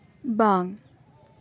ᱵᱟᱝ